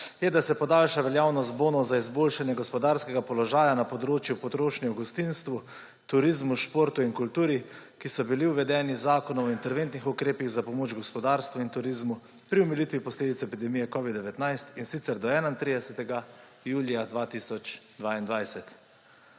je, da se podaljša veljavnost bonov za izboljšanje gospodarskega položaja na področju potrošnje v gostinstvu, turizmu, športu in kulturi, ki so bili uvedeni z zakonom o interventnih ukrepih za pomoč gospodarstvu in turizmu pri omilitvi posledic epidemije covida-19, in sicer do 31. julija 2022.